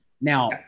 now